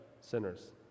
sinners